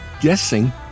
guessing